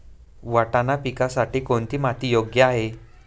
वाटाणा पिकासाठी कोणती माती योग्य आहे?